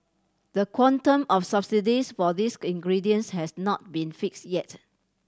the quantum of subsidies for these ingredients has not been fixed yet